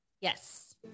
Yes